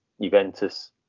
Juventus